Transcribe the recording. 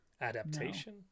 Adaptation